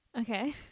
Okay